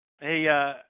Hey